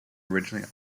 originally